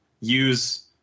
use